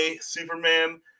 Superman